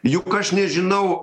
juk aš nežinau